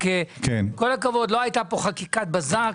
עם כל הכבוד, לא הייתה פה חקיקת בזק.